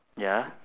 ya